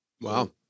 Wow